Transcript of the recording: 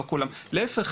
להיפך,